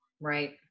Right